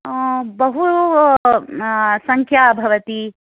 ओ बहु संख्या भवति